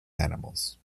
animals